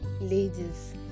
ladies